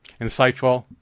insightful